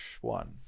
one